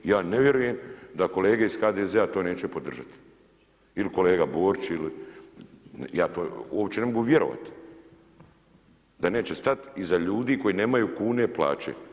Ja ne vjerujem da kolege iz HDZ-a to neće podržati ili kolega Borić, ja to uopće ne mogu vjerovati da neće stati iza ljudi koji nemaju kune plaće.